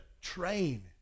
train